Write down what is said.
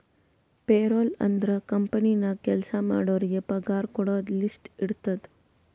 payroll ಅಂದುರ್ company ನಾಗ್ ಕೆಲ್ಸಾ ಮಾಡೋರಿಗ ಪಗಾರ ಕೊಡೋದು ಲಿಸ್ಟ್ ಇರ್ತುದ್